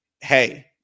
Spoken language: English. Hey